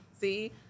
See